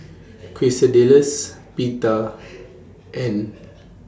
Quesadillas Pita and